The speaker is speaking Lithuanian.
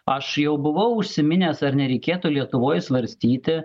aš jau buvau užsiminęs ar nereikėtų lietuvoj svarstyti